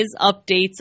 updates